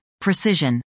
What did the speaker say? precision